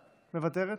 מוותרת,